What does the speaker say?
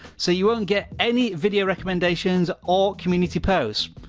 so, you won't get any video recommendations or community posts.